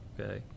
Okay